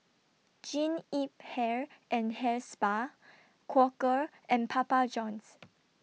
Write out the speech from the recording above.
Jean Yip Hair and Hair Spa Quaker and Papa Johns